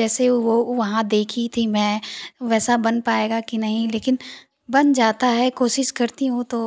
जैसे वो वहाँ देखी थी मैं वैसा बन पाएगा कि नहीं लेकिन बन जाता है कोशिश करती हूँ तो